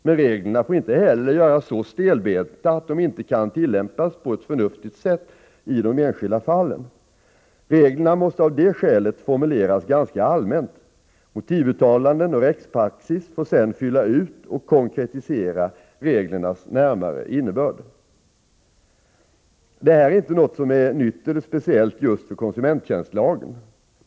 Men reglerna får inte heller göras så stelbenta att de inte kan tillämpas på ett förnuftigt sätt i de enskilda fallen. Reglerna måste av det skälet formuleras ganska allmänt. Motivuttalanden och rättspraxis får sedan fylla ut och konkretisera reglernas närmare innebörd. Det här är inte något som är nytt eller speciellt just för konsumenttjänstlagen.